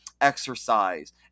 exercise